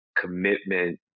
commitment